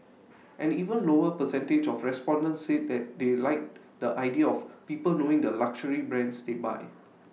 an even lower percentage of respondents said they like the idea of people knowing the luxury brands they buy